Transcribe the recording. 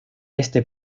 este